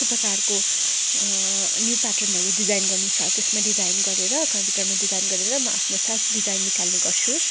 त्यस प्रकारको न्यू प्याटर्नहरू डिजाइन गर्नु साथै त्यसमा साइन गरेर कम्प्युटरमा डिजाइन गरेर म आफ्नो फ्याक्स डिटाइन गर्ने गर्छु